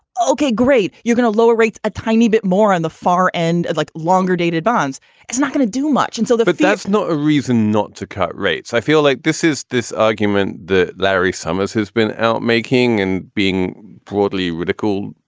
ok, great. you're going to lower rates a tiny bit more on the far end, like longer dated bonds it's not going to do much until then, but that's not a reason not to cut rates. i feel like this is this argument that larry summers has been making and being broadly ridiculed,